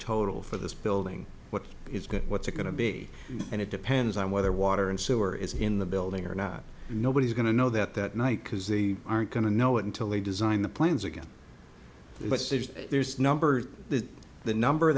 total for this building what is good what's it going to be and it depends on whether water and sewer is in the building or not nobody's going to know that that night because they aren't going to know it until they design the plans again it says there's numbers the number